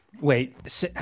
Wait